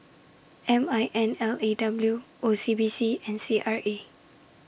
M I N L A W O C B C and C R A